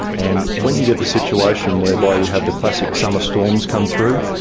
and when you get the situation whereby you have the classic summer storms come through,